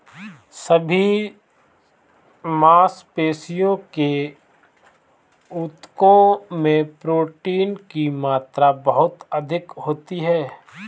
सभी मांसपेशियों के ऊतकों में प्रोटीन की मात्रा बहुत अधिक होती है